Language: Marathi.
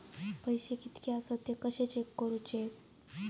पैसे कीतके आसत ते कशे चेक करूचे?